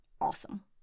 awesome